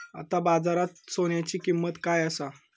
आता बाजारात सोन्याची किंमत काय असा?